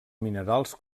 minerals